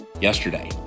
yesterday